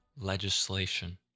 legislation